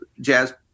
jazz